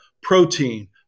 protein